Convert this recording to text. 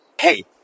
Hey